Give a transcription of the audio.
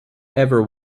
ever